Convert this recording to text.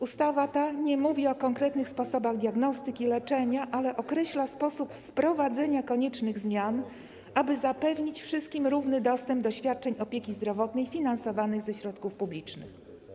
Ustawa ta nie mówi o konkretnych sposobach diagnostyki, leczenia, ale określa sposób wprowadzenia koniecznych zmian, aby zapewnić wszystkim równy dostęp do świadczeń opieki zdrowotnej finansowanych ze środków publicznych.